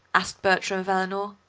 asked bertram of eleanor.